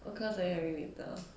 what class are you having later